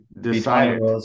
decided